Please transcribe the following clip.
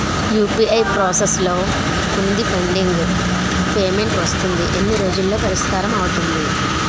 UPI process లో వుందిపెండింగ్ payment వస్తుంది ఎన్ని రోజుల్లో పరిష్కారం అవుతుంది